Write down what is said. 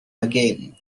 again